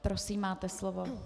Prosím, máte slovo.